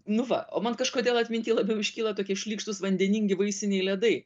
nu va o man kažkodėl atminty labiau iškyla tokie šlykštūs vandeningi vaisiniai ledai